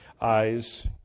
eyes